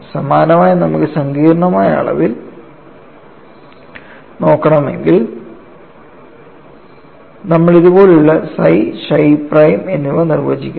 സമാനമായി നമുക്ക് സങ്കീർണ്ണമായ അളവിൽ നോക്കണമെങ്കിൽ നമ്മൾ ഇതുപോലുള്ള psi chi prime എന്നിവ നിർവചിക്കുന്നു